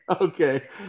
Okay